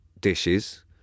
dishes